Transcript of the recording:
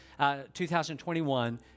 2021